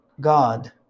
God